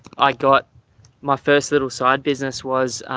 i got my first little side business was